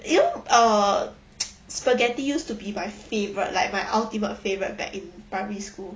you know uh spaghetti used to be my favourite like my ultimate favourite back in primary school